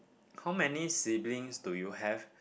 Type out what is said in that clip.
how many siblings do you have